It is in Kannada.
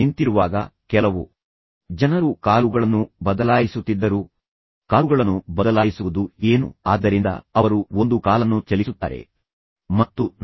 ನಿಂತಿರುವಾಗ ಕೆಲವು ಜನರು ಕಾಲುಗಳನ್ನು ಬದಲಾಯಿಸುತ್ತಿದ್ದರು ಕಾಲುಗಳನ್ನು ಬದಲಾಯಿಸುವುದು ಏನು ಆದ್ದರಿಂದ ಅವರು ಒಂದು ಕಾಲನ್ನು ಚಲಿಸುತ್ತಾರೆ ಮತ್ತು ನಂತರ ಅವರು ಇನ್ನೊಂದಕ್ಕೆ ಬರುತ್ತಾರೆ